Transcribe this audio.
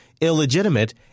illegitimate